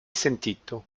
sentito